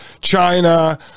China